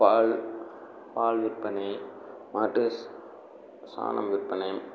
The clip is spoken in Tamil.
பால் பால் விற்பனை மாட்டு ஸ் சாணம் விற்பனை